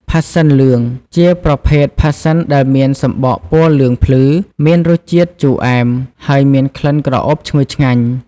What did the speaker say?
ផាសសិនលឿង ជាប្រភេទផាសសិនដែលមានសំបកពណ៌លឿងភ្លឺ មានរសជាតិជូរអែម ហើយមានក្លិនក្រអូបឈ្ងុយឆ្ងាញ់។